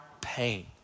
pain